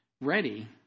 ready